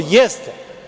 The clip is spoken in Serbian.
Jeste.